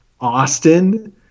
Austin